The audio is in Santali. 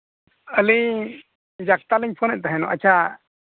ᱟᱹᱞᱤᱧ ᱡᱟᱥᱛᱟᱞᱤᱧ ᱯᱷᱳᱱᱮᱫ ᱛᱟᱦᱮᱱᱚᱜ ᱟᱪᱪᱷᱟ